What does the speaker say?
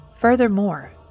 furthermore